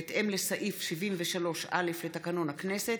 בהתאם לסעיף 73(א) לתקנון הכנסת,